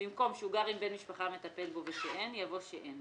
במקום "שהוא גר עם בן משפחה המטפל בו ושאין" יבוא "שאין",